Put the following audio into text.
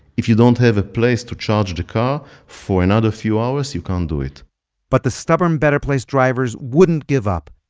if you don't have a place to charge the car for another few hours, you can't do it but the stubborn better place drivers wouldn't give up,